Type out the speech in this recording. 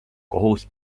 kohus